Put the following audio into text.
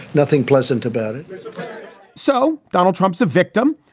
nothing pleasant about it so donald trump's a victim.